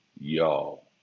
y'all